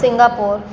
Singapore